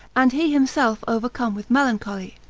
and he himself overcome with melancholy.